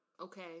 okay